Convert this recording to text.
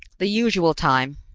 the usual time,